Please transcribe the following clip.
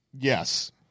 Yes